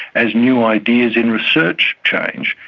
as new ideas in research change,